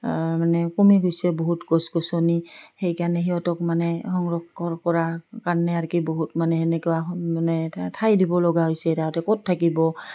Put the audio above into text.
মানে কমি গৈছে বহুত গছ গছনি সেইকাৰণে সিহঁতক মানে সংৰক্ষণ কৰাৰ কাৰণে আৰু কি বহুত মানে সেনেকুৱা মানে ঠাই দিব লগা হৈছে তাহাঁতে ক'ত থাকিব